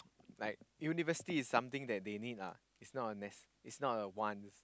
like university is something that they need lah it's not a ness~ is not a want